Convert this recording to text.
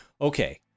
Okay